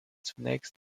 zunächst